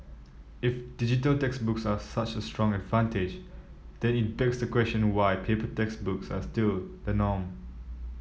if digital textbooks are such a strong advantage then it begs the question why paper textbooks are still the norm